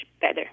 better